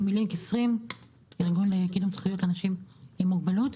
אני מ"לינק 20" ארגון לקידום זכויות לאנשים עם מוגבלות.